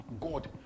God